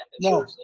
No